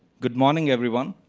good morning, everyone.